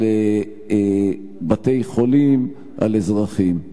על בתי-חולים, על אזרחים.